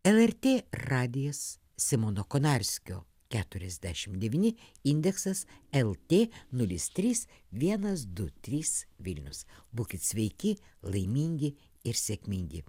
lrt radijas simono konarskio keturiasdešimt devyni indeksas lt nulis trys vienas du trys vilnius būkit sveiki laimingi ir sėkmingi